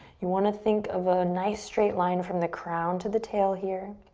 you want to think of a nice straight line from the crown to the tail here.